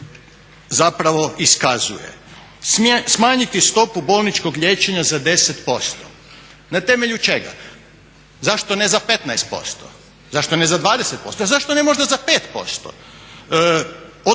želja zapravo iskazuje. Smanjiti stopu bolničkog liječenja za 10%. Na temelju čega? Zašto ne za 15%? Zašto ne za 20%? A zašto ne možda za 5%?